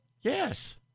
Yes